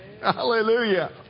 Hallelujah